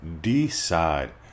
Decide